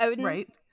right